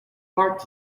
heart